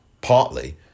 partly